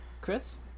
chris